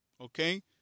Okay